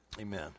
Amen